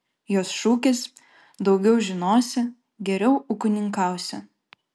jos šūkis daugiau žinosi geriau ūkininkausi